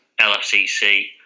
LFCC